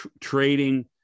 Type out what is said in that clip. trading